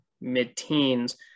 mid-teens